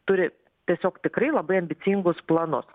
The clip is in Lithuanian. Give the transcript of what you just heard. turi tiesiog tikrai labai ambicingus planus